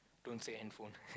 don't say handphone